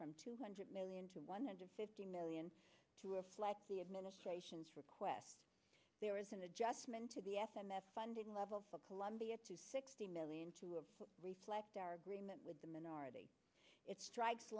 from two hundred million to one hundred fifty million to reflect the administration's request there is an adjustment to the s m s funding levels for colombia to sixty million to reflect our agreement with the minority it strikes